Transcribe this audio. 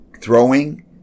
throwing